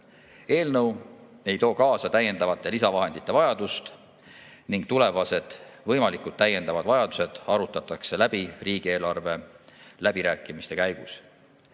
Eelnõu ei too kaasa lisavahendite vajadust ning tulevased võimalikud täiendavad vajadused arutatakse läbi riigieelarve läbirääkimiste käigus.